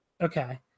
Okay